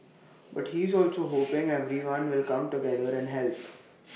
but he's also hoping everyone will come together and help